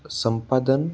संपादन